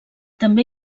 també